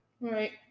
Right